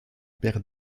père